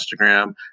Instagram